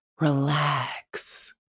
relax